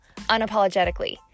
unapologetically